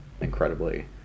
incredibly